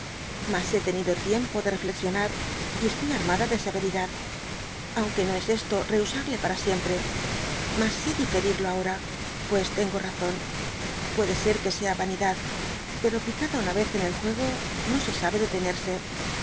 he tenido tiempo de reflexionar y estoy armada de severidad aunque no es esto rehusarle para dby google siempre mas sí diferirlo ahora pues tengo razón puede ser que sea vanidad pero picada una ez en el juego no se sabe detenerse